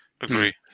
agree